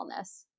wellness